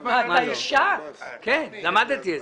שנים.